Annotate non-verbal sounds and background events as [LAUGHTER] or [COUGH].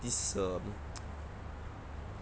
this err [NOISE]